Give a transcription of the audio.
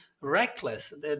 reckless